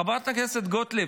חברת הכנסת גוטליב,